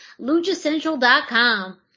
LuchaCentral.com